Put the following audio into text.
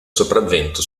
sopravvento